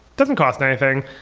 doesn't cost anything.